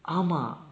ஆமா:aamaa